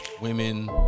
women